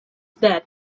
death